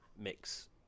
mix